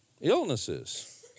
illnesses